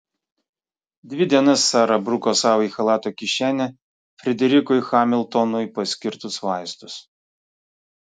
dvi dienas sara bruko sau į chalato kišenę frederikui hamiltonui paskirtus vaistus